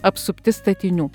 apsupti statinių